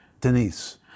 Denise